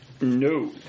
No